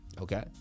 Okay